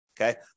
Okay